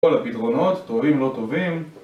כל הפתרונות, תורים לא טובים